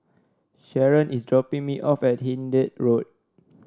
Sharron is dropping me off at Hindhede Road